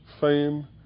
fame